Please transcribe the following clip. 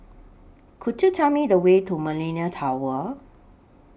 Could YOU Tell Me The Way to Millenia Tower